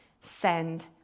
Send